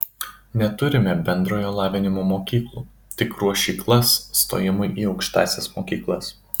neturime bendrojo lavinimo mokyklų tik ruošyklas stojimui į aukštąsias mokyklas